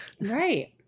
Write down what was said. Right